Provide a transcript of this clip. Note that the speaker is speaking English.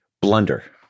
blunder